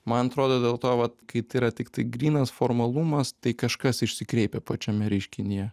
man atrodo dėl to vat kai tai yra tiktai grynas formalumas tai kažkas išsikreipia pačiame reiškinyje